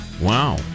Wow